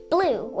Blue